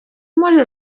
може